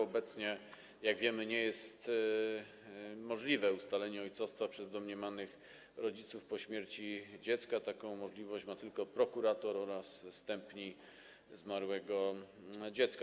Obecnie, jak wiemy, nie jest możliwe ustalenie ojcostwa przez domniemanych rodziców po śmierci dziecka - taką możliwość ma tylko prokurator oraz zstępni zmarłego dziecka.